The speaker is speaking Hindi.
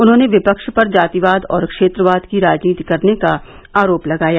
उन्होंने विपक्ष पर जातिवाद और क्षेत्रवाद की राजनीति करने का आरोप लगाया